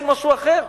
אין משהו אחר.